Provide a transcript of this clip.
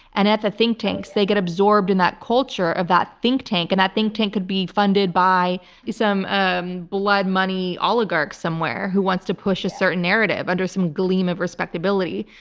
and at the think tanks, they get absorbed in that culture of that think and that think tank could be funded by some um blood money oligarchs somewhere who wants to push a certain narrative under some gleam of respectability.